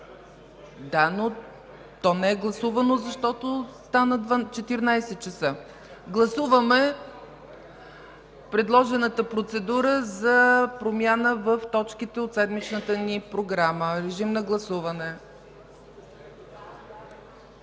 Да, но то не е гласувано, защото стана 14,00 ч. Гласуваме предложената процедура за промяна в точките от седмичната ни програма. Режим на гласуване.